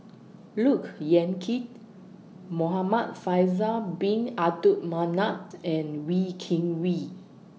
Look Yan Kit Muhamad Faisal Bin Abdul Manap and Wee Kim Wee